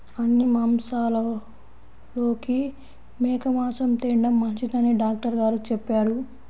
అన్ని మాంసాలలోకి మేక మాసం తిండం మంచిదని డాక్టర్ గారు చెప్పారు